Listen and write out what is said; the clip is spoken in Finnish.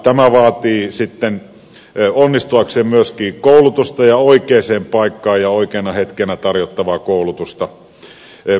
tämä vaatii sitten onnistuakseen myöskin koulutusta ja oikeaan paikkaan ja oikeana hetkenä tarjottavaa koulutusta